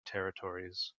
territories